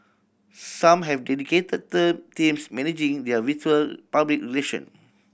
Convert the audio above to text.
some have dedicated teams managing their virtual public relation